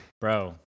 Bro